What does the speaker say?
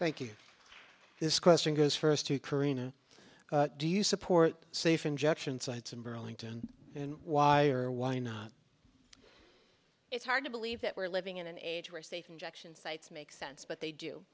thank you this question goes first to kareena do you support safe injection sites in burlington and why or why not it's hard to believe that we're living in an age where safe injection sites make sense but they do